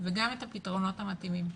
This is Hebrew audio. וגם את הפתרונות המתאימים.